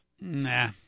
Nah